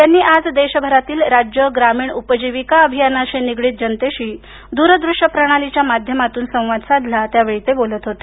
त्यांनी आज देशभरातील राज्य ग्रामीण उपजीविका अभियानाशी निगडीत जनतेशी दूर दृश्य प्रणालीच्या माध्यमातून संवाद साधलात्यावेळी ते बोलत होते